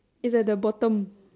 its at the bottom